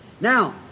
now